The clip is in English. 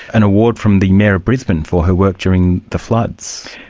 an award from the mayor of brisbane for her work during the floods.